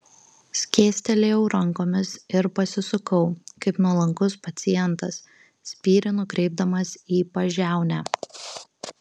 skėstelėjau rankomis ir pasisukau kaip nuolankus pacientas spyrį nukreipdamas į pažiaunę